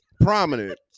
Prominent